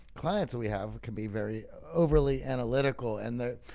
clients that we have can be very overly analytical and the,